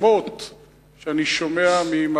לכן,